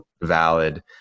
valid